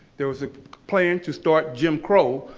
there was a plan to start jim crow.